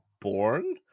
born